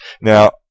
Now